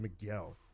Miguel